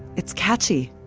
it's catchy.